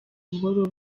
buhoro